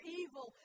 evil